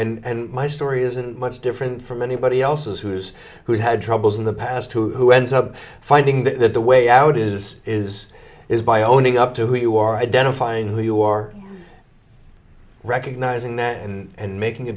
know and my story isn't much different from anybody else's who's who's had troubles in the past who ends up finding that the way out is is is by owning up to who you are identifying who you are recognizing that and making a